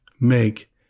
make